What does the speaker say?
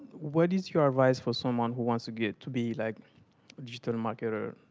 what is your advice for someone who wants to get to be like digital marketer?